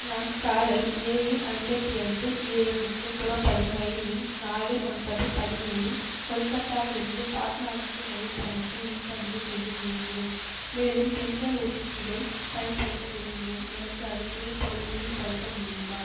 நான் காலை ஏழு ஐம்பத்தி ஐந்து ஏஎம்க்கு புறப்படும் இரயில் எண் நாலு ஒன்பது பதினேழில் கொல்கத்தாவிலிருந்து பாட்னாவுக்கு இரயில் பயணத்தை முன்பதிவு செய்ய விரும்புகிறேன் மேலும் பெண்கள் ஒதுக்கீடைப் பயன்படுத்த விரும்புகிறேன் எனக்கு அது கிடைப்பதை உறுதிப்படுத்த முடியுமா